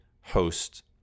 host